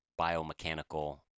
biomechanical